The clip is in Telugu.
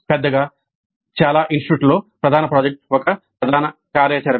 పెద్దగా చాలా ఇన్స్టిట్యూట్లలో ప్రధాన ప్రాజెక్ట్ ఒక ప్రధాన కార్యాచరణ